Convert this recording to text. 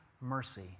mercy